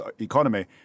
economy